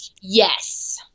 Yes